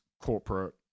corporate